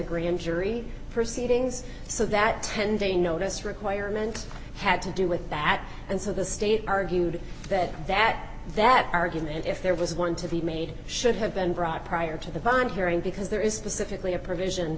grand jury proceedings so that ten day notice requirement had to do with that and so the state argued that that that argument if there was one to be made should have been brought prior to the bond hearing because there is specifically a provision